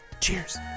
Cheers